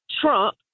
Trump